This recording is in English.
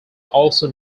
also